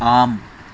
ஆம்